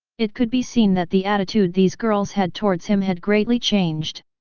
it could be seen that the attitude these girls had towards him had greatly changed.